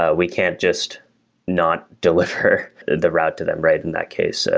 ah we can't just not deliver the route to them right in that case. ah